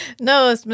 No